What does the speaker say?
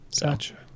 Gotcha